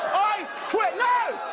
i quit, no,